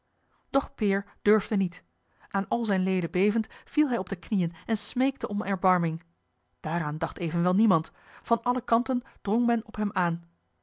doch peer durfde niet aan al zijne leden bevend viel hij op de knieën en smeekte om erbarming daaraan dacht evenwel niemand van alle kanten drong men op hem aan